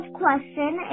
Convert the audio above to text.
question